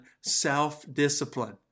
self-discipline